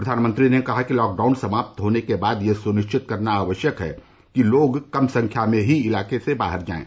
प्रधानमंत्री ने कहा कि लॉकडाउन समाप्त होने के बाद यह सुनिश्चित करना आवश्यक है कि लोग कम संख्या में ही इलाके से बाहर जायें